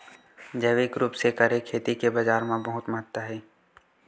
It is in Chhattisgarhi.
जैविक रूप से करे खेती के बाजार मा बहुत महत्ता हे